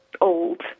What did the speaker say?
old